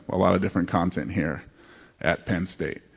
a lot of different content here at penn state.